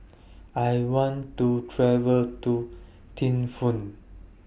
I want to travel to Thimphu